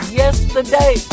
yesterday